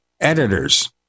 editors